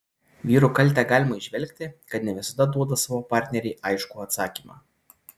vyrų kaltę galima įžvelgti kad ne visada duoda savo partnerei aiškų atsakymą